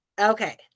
okay